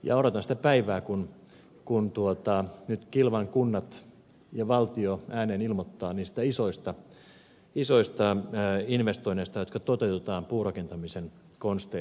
odotan sitä päivää kun kunnat ja valtio kilvan ääneen ilmoittavat niistä isoista investoinneista jotka toteutetaan puurakentamisen konstein